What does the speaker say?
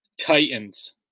Titans